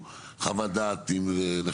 עו"ד שחר